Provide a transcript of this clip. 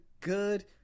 good